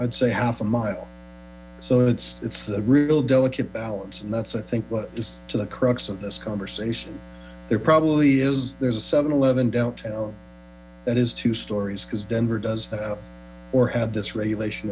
i'd say half a mile so it's it's a real delicate balance and that's i think is the crux of this conversation there probably is there's seven eleven downtown that is two stories because denver does have or had this regulation